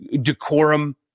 decorum